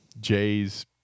Jay's